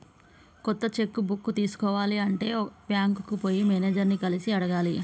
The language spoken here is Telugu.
కొత్త చెక్కు బుక్ తీసుకోవాలి అంటే బ్యాంకుకు పోయి మేనేజర్ ని కలిసి అడగాలి